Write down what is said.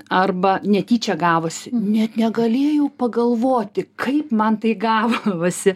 arba netyčia gavosi net negalėjau pagalvoti kaip man tai gavosi